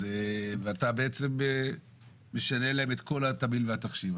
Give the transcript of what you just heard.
אתה בעצם משנה להם את כל התמהיל והתחשיב.